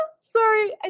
sorry